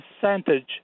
percentage